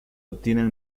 obtienen